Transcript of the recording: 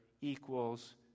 equals